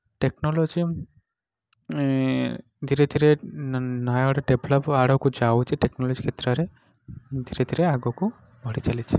technology ଧୀରେ ଧୀରେ Nayagarh develop ଆଡ଼କୁ ଯାଉଛି ଟେକ୍ନୋଲୋଜି କ୍ଷେତ୍ରରେ ଧୀରେ ଧୀରେ ଆଗକୁ ବଢ଼ିଚାଲିଛି